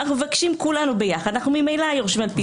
אנחנו מבקשים כולנו ביחד אנחנו ממילא היורשים על-פי